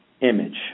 Image